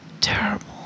terrible